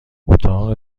اتاق